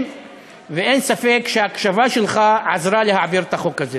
אלא כי הוא גם גילה הבנה לצורך הזה.